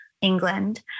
England